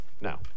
Now